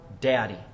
daddy